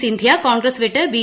സിന്ധ്യ കോൺഗ്രസ് വിട്ട് ബി